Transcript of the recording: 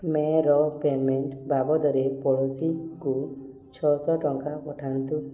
ମେ'ର payment ବାବଦରେ ପଡ଼ୋଶୀକୁ ଛଅଶହ ଟଙ୍କା ପଠାନ୍ତୁ